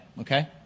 okay